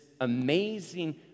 amazing